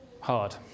hard